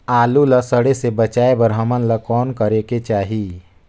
आलू ला सड़े से बचाये बर हमन ला कौन करेके चाही?